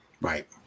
right